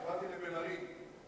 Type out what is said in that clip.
התכוונתי לבן-ארי.